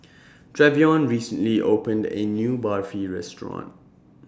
Treyvon recently opened A New Barfi Restaurant